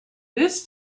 this